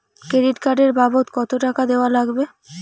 Credit card এর বাবদ কতো টাকা দেওয়া লাগবে?